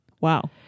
Wow